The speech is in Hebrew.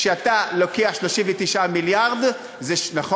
כשאתה לוקח 39 מיליארד, זה, נכון?